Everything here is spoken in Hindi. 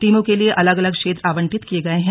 टीमों के लिए अलग अलग क्षेत्र आवंटित किये गये हैं